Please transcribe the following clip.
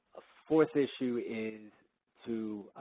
a fourth issue is to